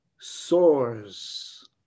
soars